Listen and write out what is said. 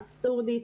אבסורדית.